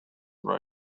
are